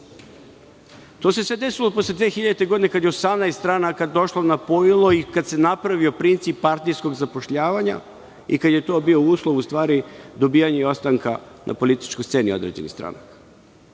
se sve desilo posle 2000. godine, kada je 18 stranaka došlo na pojilo i kad se napravio princip partijskog zapošljavanja i kada je to bio uslov, u stvari, dobijanja ostanka na političkoj sceni određenih stranaka.